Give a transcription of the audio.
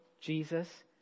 jesus